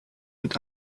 mit